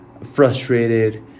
frustrated